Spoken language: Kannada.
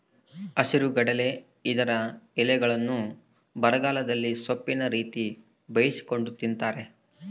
ಹಸಿರುಗಡಲೆ ಇದರ ಎಲೆಗಳ್ನ್ನು ಬರಗಾಲದಲ್ಲಿ ಸೊಪ್ಪಿನ ರೀತಿ ಬೇಯಿಸಿಕೊಂಡು ತಿಂತಾರೆ